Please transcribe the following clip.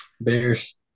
Bears